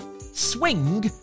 Swing